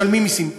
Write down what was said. משלמים מסים,